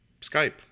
Skype